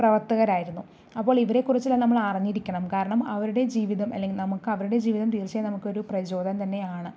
പ്രവർത്തകരായിരുന്നു അപ്പോൾ ഇവരെ കുറിച്ച് എല്ലാം നമ്മൾ അറിഞ്ഞിരിക്കണം കാരണം അവരുടെ ജീവിതം അല്ലെങ്കിൽ നമുക്ക് അവരുടെ ജീവിതം തീർച്ചയായും നമുക്ക് ഒരു പ്രചോദനം തന്നെയാണ്